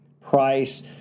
Price